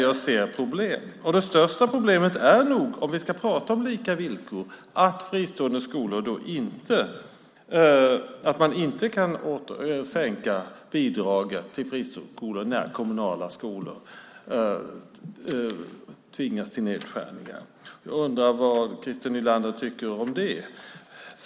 Jag ser problem, och det största problemet är, om vi ska prata om lika villkor, att man inte kan sänka bidraget till friskolor när kommunala skolor tvingas till nedskärningar. Jag undrar vad Christer Nylander tycker om det.